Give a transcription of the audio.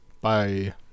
Bye